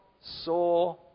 saw